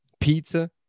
Pizza